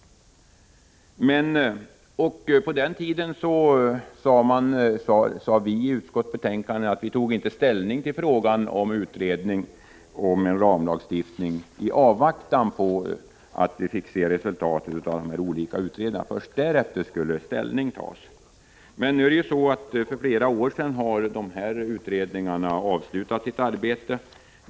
På den tiden sade också vi från centerns sida att vi inte ville ta ställning till frågan om utredning beträffande en ramlagstiftning förrän resultatet av de olika utredningar som pågick förelåg. Det är ju så att dessa utredningar har avslutat sitt arbete för flera år sedan.